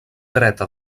dreta